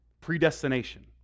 Predestination